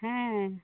ᱦᱮᱸ